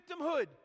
victimhood